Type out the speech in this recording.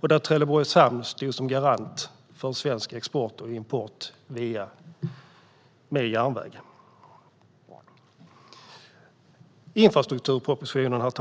Då stod Trelleborgs hamn som garant för svensk export och import på järnväg. Infrastrukturpropositionens